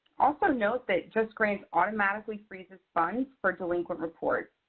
also note that justgrants automatically freezes funds for delinquent reports.